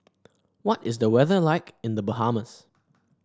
what is the weather like in The Bahamas